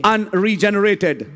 Unregenerated